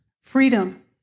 freedom